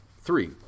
three